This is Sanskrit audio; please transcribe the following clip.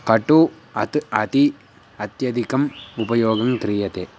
कटु अत् अति अत्यधिकम् उपयोगङ्क्रियते